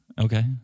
Okay